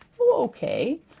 Okay